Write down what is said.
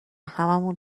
هممون